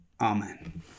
Amen